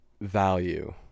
value